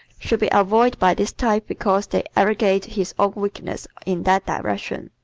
should be avoided by this type because they aggravate his own weaknesses in that direction.